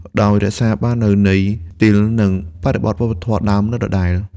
ដោយរក្សាបាននូវន័យ ស្ទីល និងបរិបទវប្បធម៌ដើមនៅដដែល។